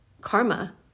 karma